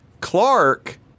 Clark